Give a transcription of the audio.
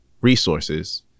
resources